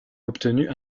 obtenue